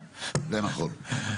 זה נכון.